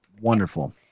Wonderful